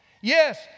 Yes